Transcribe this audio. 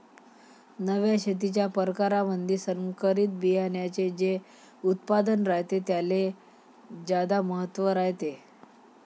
नव्या शेतीच्या परकारामंधी संकरित बियान्याचे जे उत्पादन रायते त्याले ज्यादा महत्त्व रायते